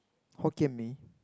Hokkien-Mee